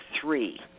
three